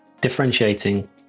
Differentiating